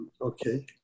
Okay